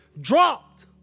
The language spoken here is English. Dropped